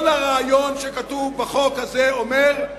כל הרעיון שכתוב בחוק הזה אומר,